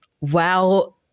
wow